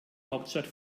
hauptstadt